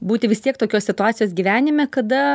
būti vis tiek tokios situacijos gyvenime kada